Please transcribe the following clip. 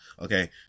Okay